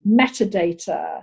Metadata